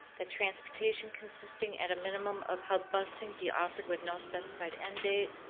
that transportation consisting at a minimum of hub busing be offered with no specified end date.